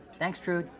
thanks trud,